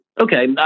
Okay